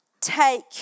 take